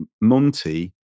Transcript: Monty